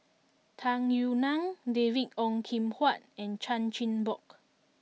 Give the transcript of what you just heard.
Tung Yue Nang David Ong Kim Huat and Chan Chin Bock